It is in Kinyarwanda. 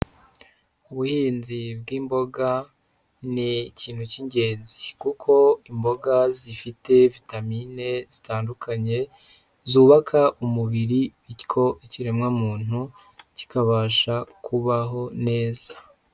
Ubuhinzi bw'imboga ni ikintu cy'ingenzi, kuko imboga zifite vitamine zitandukanye zubaka umubiri bityo ikiremwa muntu kikabasha kubaho neza,